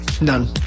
None